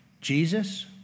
Jesus